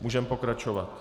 Můžeme pokračovat.